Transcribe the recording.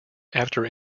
after